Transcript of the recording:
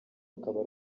akaba